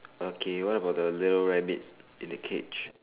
okay what about the little rabbit in the cage